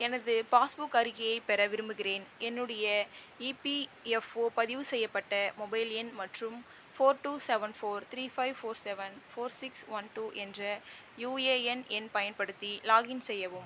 எனது passbook அறிக்கையைப் பெற விரும்புகிறேன் என்னுடைய இபிஎஃப்ஓ பதிவு செய்யப்பட்ட மொபைல் எண் மற்றும் four two seven four three five four seven four six one two என்ற யூஏஎன் எண் பயன்படுத்தி லாக்இன் செய்யவும்